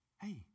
hey